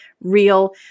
real